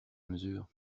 mesure